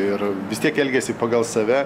ir vis tiek elgiasi pagal save